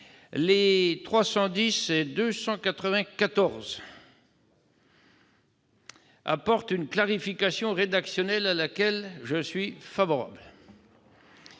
visent à apporter une clarification rédactionnelle à laquelle je suis favorable.